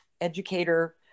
educator